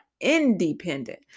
independent